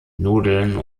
nudeln